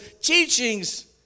teachings